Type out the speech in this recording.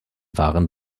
waren